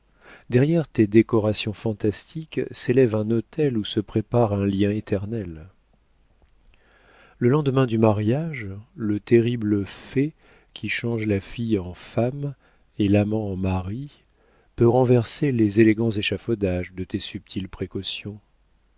derrière tes décorations fantastiques s'élève un autel où se prépare un lien éternel le lendemain du mariage le terrible fait qui change la fille en femme et l'amant en mari peut renverser les élégants échafaudages de tes subtiles précautions